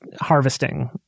harvesting